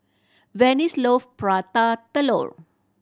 Venice love Prata Telur